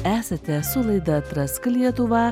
esate su laida atrask lietuvą